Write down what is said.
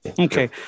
Okay